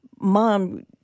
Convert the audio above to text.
Mom